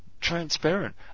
transparent